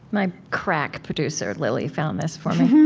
my crack producer, lily, found this for me.